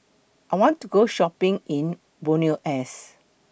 I want to Go Shopping in Buenos Aires